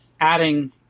adding